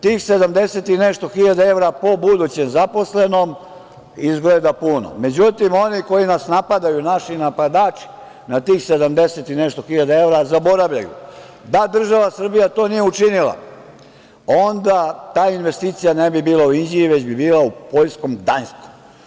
Tih 70 i nešto hiljada evra po budućem zaposlenom izgleda puno, međutim oni koji nas napadaju, naši napadači, na tih 70 i nešto hiljada evra zaboravljaju da država Srbija to nije učinila, onda ta investicija ne bi bila u Inđiji, već bi bila u poljskom Gdanjsku.